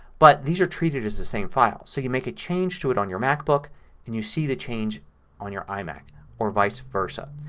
but these are treated as the same file. so you make a change to it on your macbook and you see the change on your imac or vice versa.